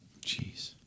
Jeez